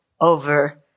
over